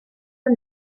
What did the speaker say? del